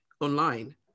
online